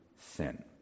sin